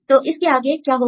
तो इसके आगे क्या होगा